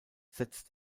setzt